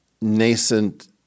nascent